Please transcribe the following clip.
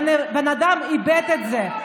הבן-אדם איבד את זה.